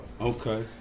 Okay